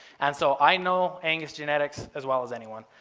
and so i know angus genetics as well as anyone,